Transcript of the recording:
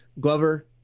Glover